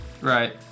Right